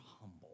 humble